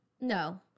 No